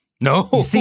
No